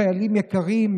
חיילים יקרים,